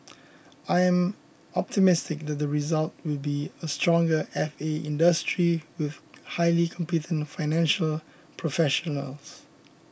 I am optimistic that the result will be a stronger F A industry with highly competent financial professionals